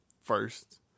first